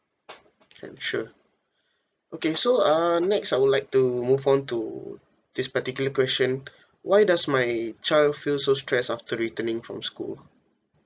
can sure okay so uh next I would like to move on to this particular question why does my child feel so stressed after returning from school